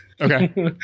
Okay